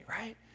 right